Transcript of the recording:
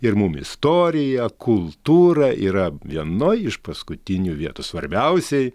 ir mum istorija kultūra yra vienoj iš paskutinių vietų svarbiausiai